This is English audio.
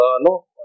no